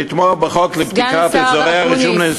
לתמוך בחוק לפתיחת אזורי הרישום,